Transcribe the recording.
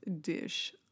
dish